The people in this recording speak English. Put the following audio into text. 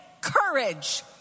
courage